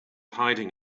hiding